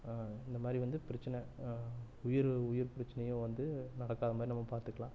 இந்த மாரி வந்து பிரச்சனை உயிர் உயிர் பிரச்சனையும் வந்து நடக்காத மாதிரி நம்ம பார்த்துக்கலாம்